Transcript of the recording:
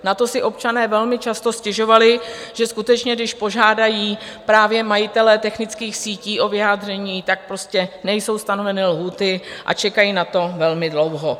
Na to si občané velmi často stěžovali, že skutečně když požádají právě majitele technických sítí o vyjádření, prostě nejsou stanoveny lhůty a čekají na to velmi dlouho.